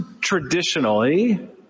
traditionally